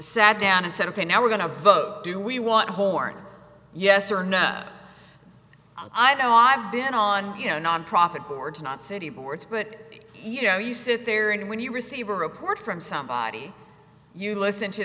sat down a set of pay now we're going to vote do we want to horn yes or no i don't i've been on you know nonprofit boards not city boards but you know you sit there and when you receive a report from somebody you listen to